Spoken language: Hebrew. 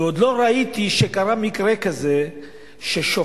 ועוד לא ראיתי שקרה מקרה כזה ששופט